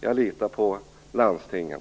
Jag litar på landstingen!